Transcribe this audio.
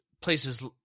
places –